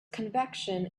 convection